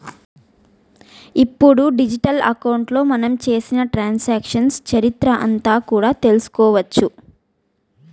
ఇప్పుడు డిజిటల్ అకౌంట్లో మనం చేసిన ట్రాన్సాక్షన్స్ చరిత్ర అంతా కూడా తెలుసుకోవచ్చు